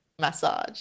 massage